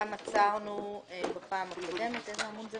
אין בעיה.